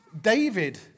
David